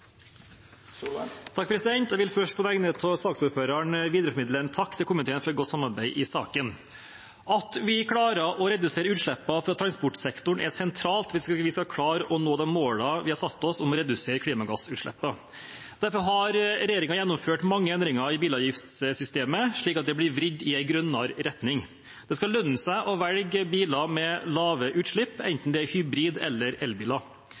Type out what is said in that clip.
takk til komiteen for godt samarbeid i saken. At vi klarer å redusere utslippene fra transportsektoren, er sentralt hvis vi skal klare å nå de målene vi har satt oss om å redusere klimagassutslippene. Derfor har regjeringen gjennomført mange endringer i bilavgiftssystemet, slik at det blir vridd i en grønnere retning. Det skal lønne seg å velge biler med lave utslipp, enten det er hybrid- eller